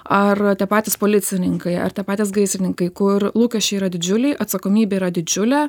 ar tie patys policininkai ar tie patys gaisrininkai kur lūkesčiai yra didžiuliai atsakomybė yra didžiulė